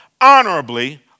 honorably